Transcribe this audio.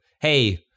Hey